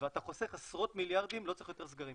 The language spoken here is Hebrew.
ואתה חוסך עשרות מיליארדים, לא צריך יותר סגרים.